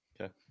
Okay